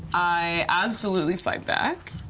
i absolutely fight back.